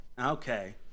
Okay